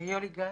יולי גת,